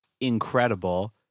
incredible